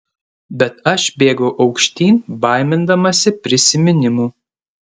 bet aš bėgau aukštyn baimindamasi prisiminimų